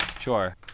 Sure